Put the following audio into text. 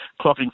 clocking